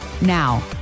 Now